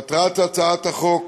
מטרת הצעת החוק